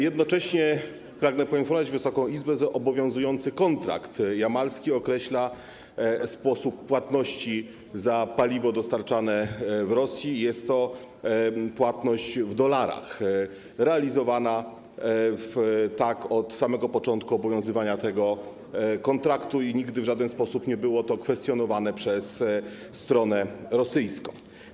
Jednocześnie pragnę poinformować Wysoką Izbę, że obowiązujący kontrakt jamalski określa sposób płatności za paliwo dostarczane z Rosji - jest to płatność w dolarach, realizowana tak od samego początku obowiązywania tego kontraktu i nigdy w żaden sposób nie było to kwestionowane przez stronę rosyjską.